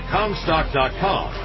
Comstock.com